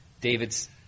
David's